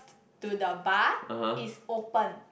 to the bar is open